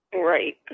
Right